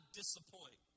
disappoint